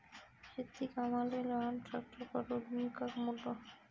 शेती कामाले लहान ट्रॅक्टर परवडीनं की मोठं?